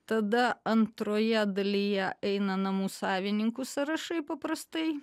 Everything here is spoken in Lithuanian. tada antroje dalyje eina namų savininkų sąrašai paprastai